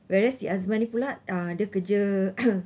whereas si azman ni pula uh dia kerja